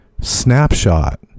snapshot